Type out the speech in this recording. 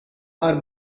are